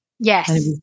yes